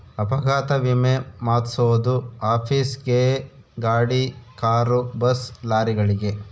ಅಪಘಾತ ವಿಮೆ ಮಾದ್ಸೊದು ಆಫೀಸ್ ಗೇ ಗಾಡಿ ಕಾರು ಬಸ್ ಲಾರಿಗಳಿಗೆ